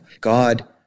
God